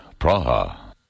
Praha